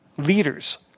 leaders